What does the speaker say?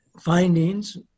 findings